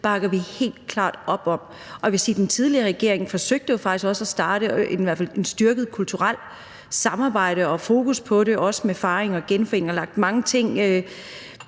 bakker vi helt klart op om. Og jeg vil sige, at den tidligere regering jo faktisk også forsøgte at starte et styrket kulturelt samarbejde og fokus på det, også med fejring og genforening, og fik lagt mange ting